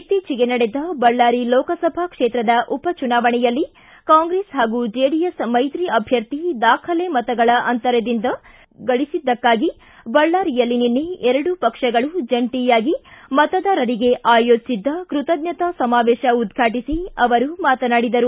ಇತ್ತಿಚೆಗೆ ನಡೆದ ಬಳ್ಳಾರಿ ಲೋಕಸಭಾ ಕ್ಷೇತ್ರದ ಉಪ ಚುನಾವಣೆಯಲ್ಲಿ ಕಾಂಗ್ರೆಸ್ ಹಾಗೂ ಜೆಡಿಎಸ್ ಮೈತ್ರಿ ಅಧ್ಯರ್ಥಿ ದಾಖಲೆ ಮತಗಳ ಅಂತರದಿಂದ ಜಯ ಗಳಿಸಿದ್ದಕ್ಕಾಗಿ ಬಳ್ಳಾರಿಯಲ್ಲಿ ನಿನ್ನೆ ಎರಡು ಪಕ್ಷಗಳು ಜಂಟಯಾಗಿ ಮತದಾರರಿಗೆ ಆಯೋಜಿಸಿದ್ದ ಕೃತಜ್ಞತಾ ಸಮಾವೇಶ ಉದ್ವಾಟಿಸಿ ಅವರು ಮಾತನಾಡಿದರು